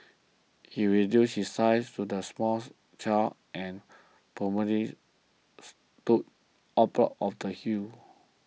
he reduced his size to that of a small child and promptly stood of the hills